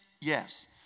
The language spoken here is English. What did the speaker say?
yes